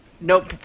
Nope